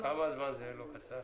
כמה זמן זה לא קצר?